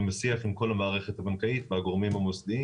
אנחנו גם בשיח עם כל המערכת הבנקאית והגורמים המוסדיים.